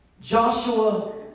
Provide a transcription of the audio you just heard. Joshua